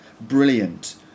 brilliant